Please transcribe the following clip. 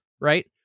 Right